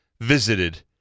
visited